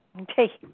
Okay